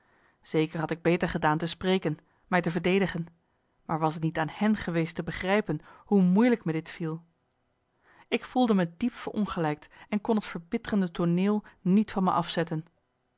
zeker had ik beter gedaan te spreken mij te verdedigen maar was t niet aan hen geweest te begrijpen hoe moeilijk me dit viel ik voelde me diep verongelijkt en kon het verbitterende tooneel niet van me afzetten